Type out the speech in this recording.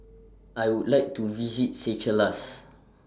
I Would like to visit Seychelles